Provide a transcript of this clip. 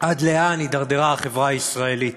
עד לאן הידרדרה החברה הישראלית